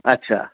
আচ্ছা